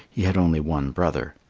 he had only one brother.